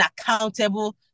accountable